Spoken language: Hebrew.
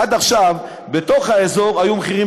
עד עכשיו בתוך האזור היו מחירים